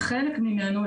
שחלק ממנו,